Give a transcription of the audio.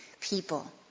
people